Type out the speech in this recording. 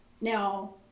Now